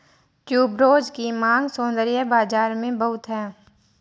tuberose की मांग सौंदर्य बाज़ार में बहुत है